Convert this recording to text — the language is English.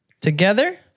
Together